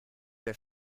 der